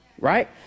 right